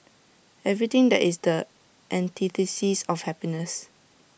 everything that is the antithesis of happiness